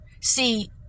See